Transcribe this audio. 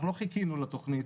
אנחנו לא חיכינו לתוכנית.